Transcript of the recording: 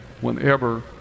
whenever